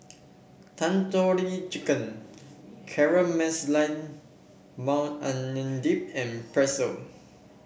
Tandoori Chicken Caramelized Maui Onion Dip and Pretzel